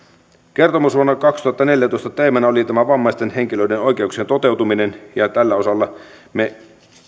kertomusvuonna kaksituhattaneljätoista teemana oli tämä vammaisten henkilöiden oikeuksien toteutuminen ja tältä osalta me